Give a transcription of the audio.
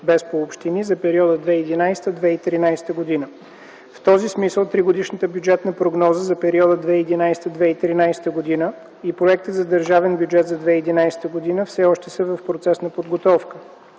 без „по общини” за периода 2011-2013 г. В този смисъл тригодишната бюджетна прогноза за периода 2011-2013 г. и проектът за държавен бюджет за 2011 г. все още са в процес на подготовка.